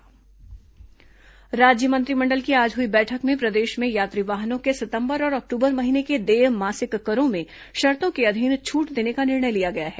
राज्य मंत्रिमंडल बैठक राज्य मंत्रिमंडल की आज हुई बैठक में प्रदेश में यात्री वाहनों के सितंबर और अक्टूबर महीने के देय मासिक करों में शर्तो के अधीन छूट देने का निर्णय लिया गया है